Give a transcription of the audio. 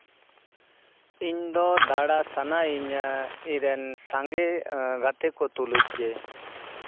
ᱤᱧ ᱫᱚ ᱫᱟᱬᱟ ᱥᱟᱱᱟᱭᱤᱧᱟ ᱤᱧᱨᱮᱱ ᱥᱟᱸᱜᱮ ᱜᱟᱛᱮ ᱠᱚ ᱛᱩᱞᱩᱡ ᱜᱮ